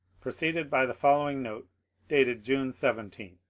preceded by the following note dated june seventeen